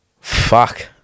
fuck